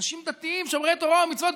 אנשים דתיים שומרי תורה ומצוות,